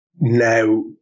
now